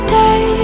day